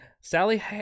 Sally